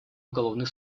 уголовный